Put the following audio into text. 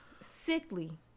Sickly